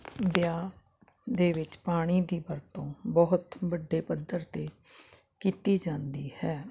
ਵਿਆਹ ਦੇ ਵਿੱਚ ਪਾਣੀ ਦੀ ਵਰਤੋਂ ਬਹੁਤ ਵੱਡੇ ਪੱਧਰ ਤੇ ਕੀਤੀ ਜਾਂਦੀ ਹੈ